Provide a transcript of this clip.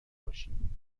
باشیم